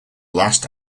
last